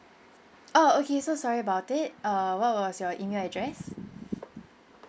oh okay so sorry about it err what was your email address